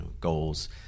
goals